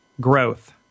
growth